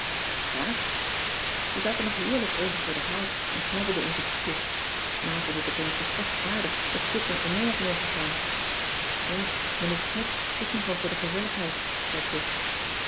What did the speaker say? graag we zaten nog heerlijk even voor den haard en knabbelden onze koekjes ma vond het opeens toch echt aardig dat kit met me mee had mogen gaan ja mijnheer smidt is nogal voor de gezelligheid zei kit